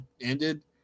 ended